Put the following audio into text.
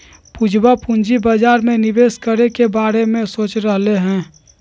पूजवा पूंजी बाजार में निवेश करे के बारे में सोच रहले है